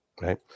right